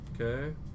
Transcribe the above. okay